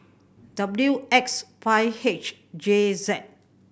W X five H J Z